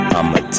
I'ma